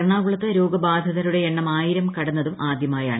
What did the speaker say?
എറണാകുളത്ത് രോഗബാധിതരുടെ എണ്ണം ആയിരം കടന്നതും ആദ്യമായാണ്